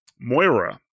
Moira